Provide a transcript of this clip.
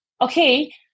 okay